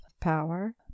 power